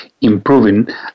improving